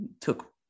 took